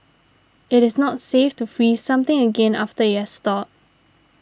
it is not safe to freeze something again after it has thawed